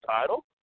title